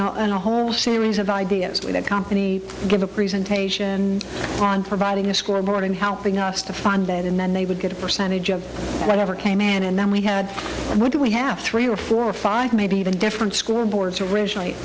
and a whole series of ideas with a company give a presentation on providing a score boarding how the knots to fund that and then they would get a percentage of whatever came in and then we had what we have three or four or five maybe even different school boards originally